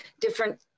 different